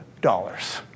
dollars